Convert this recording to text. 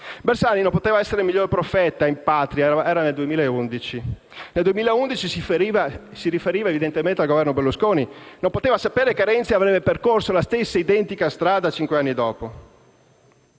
Bersani non poteva essere miglior profeta in patria. Eravamo nel 2011 e si riferiva, evidentemente, al Governo Berlusconi. Non poteva sapere che Renzi avrebbe percorso la stessa identica strada cinque anni dopo.